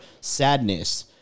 sadness